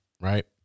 right